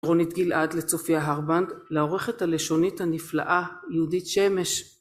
רונית גלעד, לצופיה הרבנט, לעורכת הלשונית הנפלאה יהודית שמש